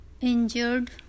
injured